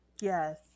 Yes